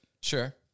Sure